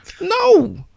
No